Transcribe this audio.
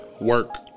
Work